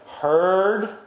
heard